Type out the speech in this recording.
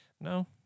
No